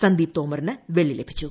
സന്ദീപ് തോമറിന് വെള്ളി ലഭിച്ചു